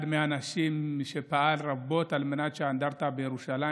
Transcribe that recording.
אחד מהאנשים שפעל רבות על מנת שהאנדרטה בירושלים